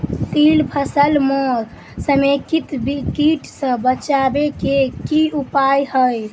तिल फसल म समेकित कीट सँ बचाबै केँ की उपाय हय?